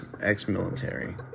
ex-military